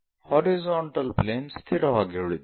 horizontal plane ಸ್ಥಿರವಾಗಿ ಉಳಿದಿದೆ